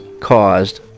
caused